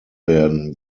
werden